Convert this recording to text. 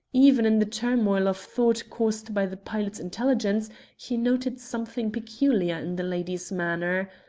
even in the turmoil of thought caused by the pilot's intelligence he noted something peculiar in the lady's manner.